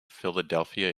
philadelphia